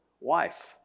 wife